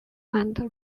and